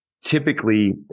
typically